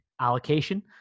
allocation